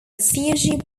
refugee